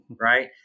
right